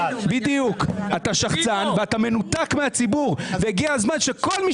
אתה שחצן ואתה מנותק מהציבור והגיע הזמן שכל מי